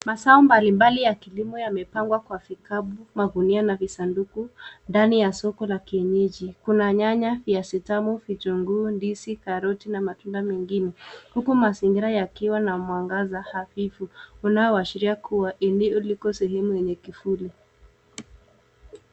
Mazao mbalimbali ya kilimo yamepangwa kwa vikapu, magunia na visanduku ndani ya soko la kienyeji. Kuna nyanya, viazitamu, vitunguu, ndizi, karoti na matunda mengine huku mazingira yakiwa na mwangaza hafifu unaoashiria kuwa eneo liko sehemu yenye kivuli.